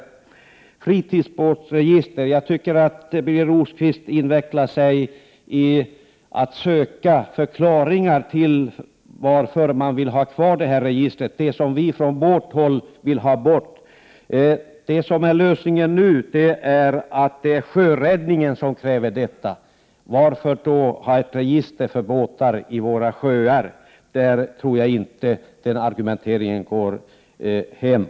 I fråga om fritidsbåtsregistret tycker jag att Birger Rosqvist invecklar sig i att söka förklaringar till varför registret skall vara kvar. Från vårt håll vill vi ha bort det. Förklaringen nu är att sjöräddningen kräver detta register. Varför då ha ett register för båtar i våra sjöar? Jag tror inte att argumenteringen går hem.